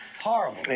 Horrible